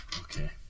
Okay